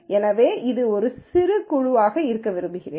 எனவே இது ஒரு சிறிய குழுவாக இருக்க விரும்புகிறேன்